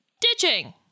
ditching